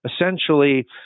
essentially